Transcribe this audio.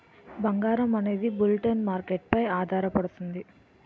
బంగారం అనేది bullion market పై ఆధారపడుతుంది